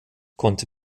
konnte